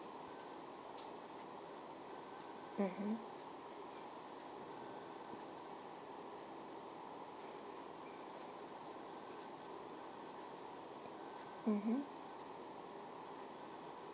mmhmm mmhmm